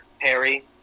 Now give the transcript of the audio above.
Perry